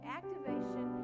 activation